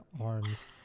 arms